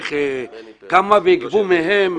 איך יגבו מהם,